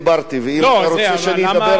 אם אתה רוצה שאני אדבר על זה,